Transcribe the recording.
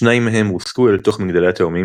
שניים מהם רוסקו אל תוך מגדלי התאומים